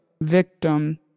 victim